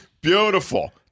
Beautiful